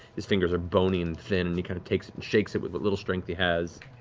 his fingers are bony and thin, and he kind of takes it and shakes it with what little strength he has.